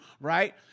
right